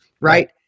right